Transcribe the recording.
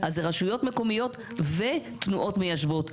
אז זה רשויות מקומיות ותנועות מיישבות.